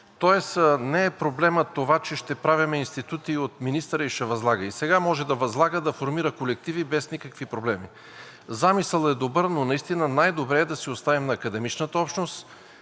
Тоест не е проблемът това, че ще правим институти и министърът ще възлага. И сега може да възлага, да формира колективи без никакви проблеми. Замисълът е добър, но наистина най-добре е да си оставим на академичната общност